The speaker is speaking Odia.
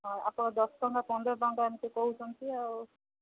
ହଁ ଆପଣ ଦଶ ଟଙ୍କା ପନ୍ଦର ଟଙ୍କା ଏମିତି କହୁଛନ୍ତି ଆଉ